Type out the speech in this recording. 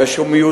הרי שהוא מיותר.